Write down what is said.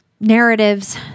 narratives